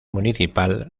municipal